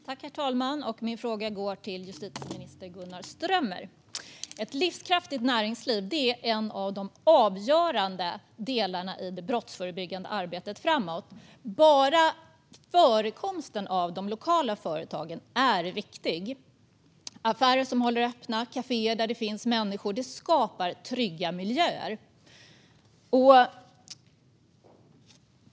Herr talman! Min fråga går till justitieminister Gunnar Strömmer. Ett livskraftigt näringsliv är en av de avgörande delarna i det brottsförebyggande arbetet framåt. Bara förekomsten av de lokala företagen är viktig. Affärer som håller öppet och kaféer där det finns människor skapar trygga miljöer.